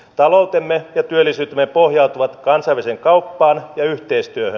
taloutemme ja työllisyytemme pohjautuvat kansainväliseen kauppaan ja yhteistyöhön